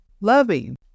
loving